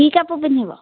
কি কাপোৰ পিন্ধিব